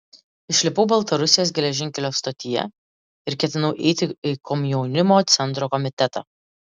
išlipau baltarusijos geležinkelio stotyje ir ketinau eiti į komjaunimo centro komitetą